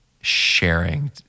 sharing